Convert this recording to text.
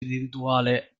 individuale